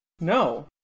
No